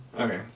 Okay